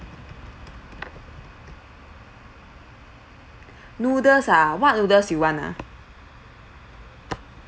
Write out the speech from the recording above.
noodles ah what noodles you want ah